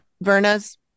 Verna's